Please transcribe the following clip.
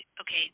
okay